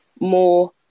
more